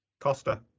Costa